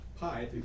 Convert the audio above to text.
pi